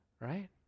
right